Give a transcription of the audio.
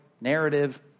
narrative